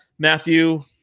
Matthew